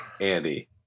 Andy